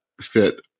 fit